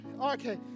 okay